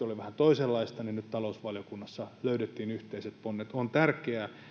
oli vähän toisenlaista niin nyt tässä aloitteessa talousvaliokunnassa löydettiin yhteiset ponnet on tärkeää